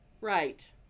right